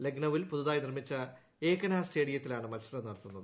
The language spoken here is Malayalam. ലക്നൌവിൽ പുതുതായി നിർമ്മിച്ച ഏകന സ്റ്റേഡിയത്തിലാണ് മത്സരം നടത്തുന്നത്